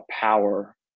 power